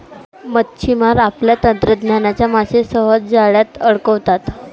मच्छिमार आपल्या तंत्रज्ञानाने मासे सहज जाळ्यात अडकवतात